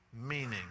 meaning